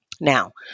Now